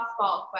softball